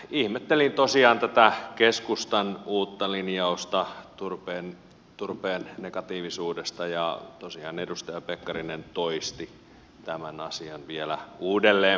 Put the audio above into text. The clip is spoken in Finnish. ihmettelin tosiaan tätä keskustan uutta linjausta turpeen negatiivisuudesta ja tosiaan edustaja pekkarinen toisti tämän asian vielä uudelleen puheessaan